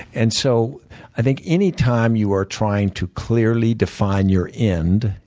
and so i think any time you are trying to clearly define your end,